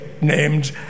named